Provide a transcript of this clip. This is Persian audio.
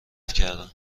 کردهام